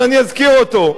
אבל אני אזכיר אותו: